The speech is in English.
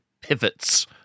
pivots